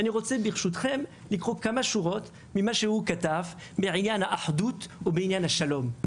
אני רוצה לקרוא כמה שורות ממה שהוא כתב בעניין האחדות ובעניין השלום.